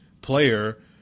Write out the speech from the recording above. player